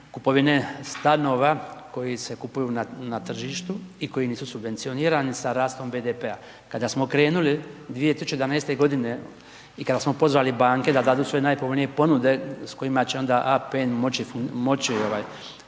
kupovine stanova koji se kupuju na tržištu i koji nisu subvencionirani sa rastom BDP-a. Kada smo krenuli 2011. i kada smo pozvali banke da dadu svoje najpovoljnije ponude s kojima će onda APN moći